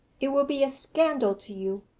it will be a scandal to you,